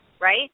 right